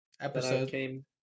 Episode